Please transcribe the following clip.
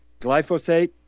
glyphosate